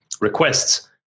requests